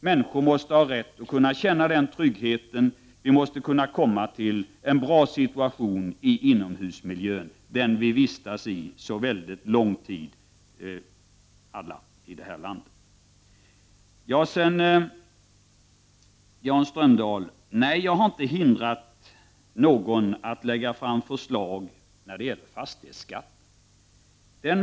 Människor har rätt att känna den tryggheten. Det måste bli en bra situation i inomhusmiljön, där alla vi människor i detta land vistas så lång tid. Nej, Jan Strömdahl, jag har inte hindrat någon att lägga fram förslag när det gäller fastighetsskatten.